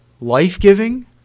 life-giving